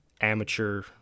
amateur